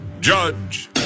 Judge